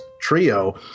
trio